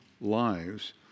lives